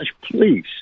Please